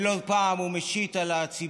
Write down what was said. ולא פעם הוא משית על הציבור,